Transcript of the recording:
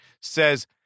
says